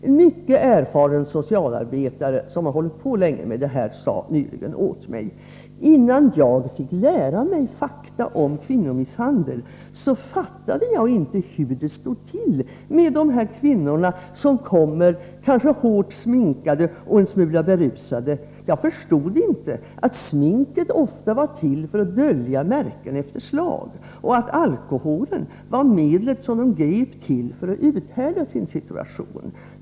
En mycket erfaren socialarbetare, som hållit på länge med dessa frågor, sade nyligen till mig: Innan jag fick lära mig fakta om kvinnomisshandel, fattade jag inte hur det stod till med kvinnor som kom kanske hårt sminkade och en smula berusade. Jag förstod inte att sminket ofta var till för att dölja märken efter slag och att alkoholen var medlet de grep till för att uthärda sin situation.